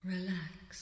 Relax